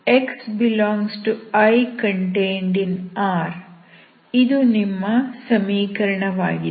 ypxyqxyfx x∈IR ಇದು ನಿಮ್ಮ ಸಮೀಕರಣವಾಗಿದೆ